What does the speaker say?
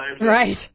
Right